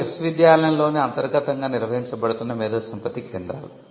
అవి విశ్వవిద్యాలయంలోనే అంతర్గతoగా నిర్వహించబడుతున్న మేధోసంపత్తి కేంద్రాలు